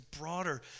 broader